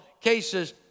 cases